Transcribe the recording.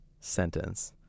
sentence